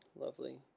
Lovely